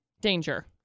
Danger